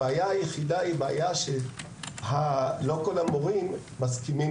הבעיה היחידה היא שלא כל המורים מסכימים